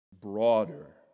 broader